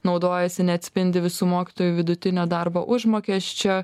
naudojasi neatspindi visų mokytojų vidutinio darbo užmokesčio